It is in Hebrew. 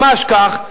ממש כך,